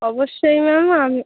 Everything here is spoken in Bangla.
অবশ্যই ম্যাম আমি